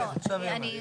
הלאה, סעיף אחרון.